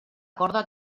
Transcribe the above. corda